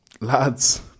Lads